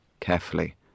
carefully